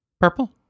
Purple